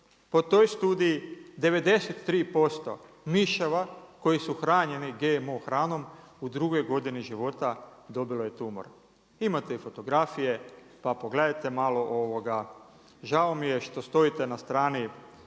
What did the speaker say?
Po toj studiji 93% miševa koji su hranjeni GMO hranom u drugoj godini života dobilo je tumor. Imate i fotografije pa pogledajte malo. Žao mi je što stojite na strani